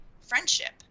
friendship